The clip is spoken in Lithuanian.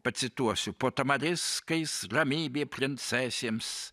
pacituosiu po tamariskais ramybė princesėms